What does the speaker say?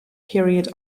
period